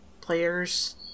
players